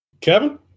Kevin